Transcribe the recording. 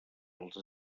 els